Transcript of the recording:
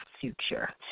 future